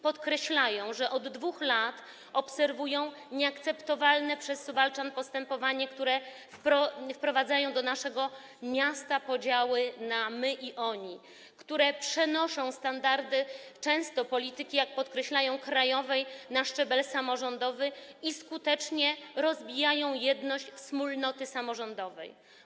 Podkreślają, że od 2 lat obserwują nieakceptowalne dla suwałczan postępowania, które wprowadzają do naszego miasta podziały na my i oni, które przenoszą często standardy polityki, jak podkreślają, krajowej na szczebel samorządowy i skutecznie rozbijają jedność wspólnoty samorządowej.